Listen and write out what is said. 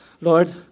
Lord